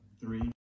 three